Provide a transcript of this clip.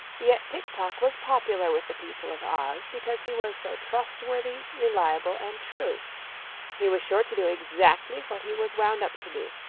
yet tik-tok was popular with the people of oz because he was so trustworthy, reliable and true he was sure to do exactly what he was wound up to do,